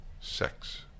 sex